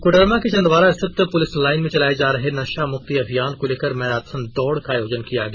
कोडरमा के चंदवारा स्थित police line में चलाए जा रहे नशा मुक्ति अभियान को लेकर मैराथन दौड़ का आयोजन किया गया